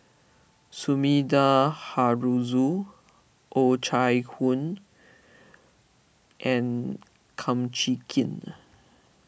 Sumida Haruzo O Chai Hoo and Kum Chee Kin